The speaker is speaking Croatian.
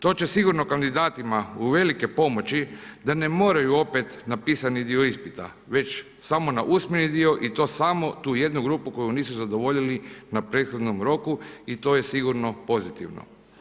To će sigurno kandidatima uvelike pomoći da ne moraju opet na pisani dio ispita već samo na usmeni dio i to samo tu jednu grupu koju nisu zadovoljili na prethodno roku i to je sigurno pozitivno.